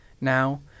Now